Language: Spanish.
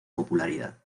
popularidad